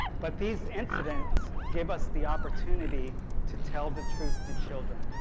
but these incidents give us the opportunity to tell the truth to children.